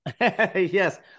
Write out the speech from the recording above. Yes